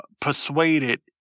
persuaded